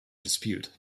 dispute